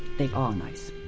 they are nice.